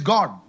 God